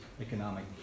economic